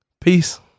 Peace